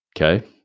Okay